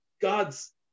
God's